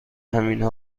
همین